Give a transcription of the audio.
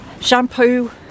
shampoo